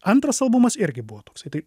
antras albumas irgi buvo toksai tai